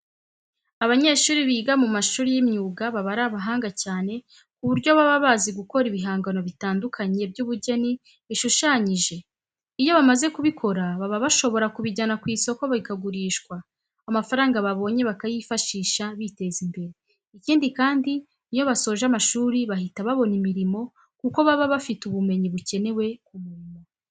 Abanyeshuri biga mu mashuri y'imyuga baba ari abahanga cyane ku buryo baba bazi gukora ibihangano bitandukanye by'ubugeni bishushanyije. Iyo bamaze kubikora baba bashobora kubijyana ku isoko bikagurishwa, amafaranga babonye bakayifashisha biteza imbere. Ikindi kandi, iyo basoje amashuri bahita babona imirimo kuko baba bafite ubumenyi bukenewe ku murimo.